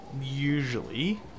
usually